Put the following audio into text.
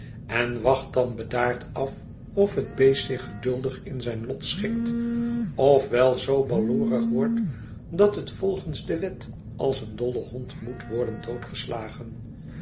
en wacht dan bedaard af of het beest zich geduldig in zijn lot schikt of wel zoo baloorig wordt dat het volgens de wet als een dolle hond moet worden